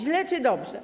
Źle czy dobrze?